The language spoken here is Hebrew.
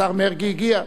השר מרגי הגיע,